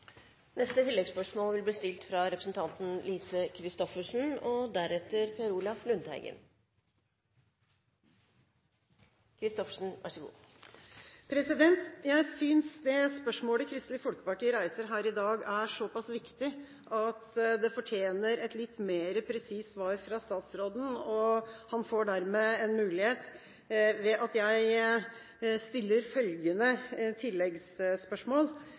Lise Christoffersen – til oppfølgingsspørsmål. Jeg synes det spørsmålet Kristelig Folkeparti reiser her i dag, er såpass viktig at det fortjener et litt mer presist svar fra statsråden. Han får dermed en mulighet ved at jeg stiller følgende